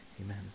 Amen